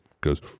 goes